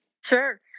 Sure